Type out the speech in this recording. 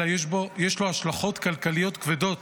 אלא יש לו השלכות כלכליות כבדות